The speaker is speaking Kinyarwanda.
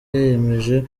yiyemeje